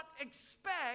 expect